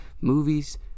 movies